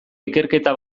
ikerketa